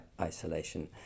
Isolation